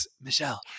Michelle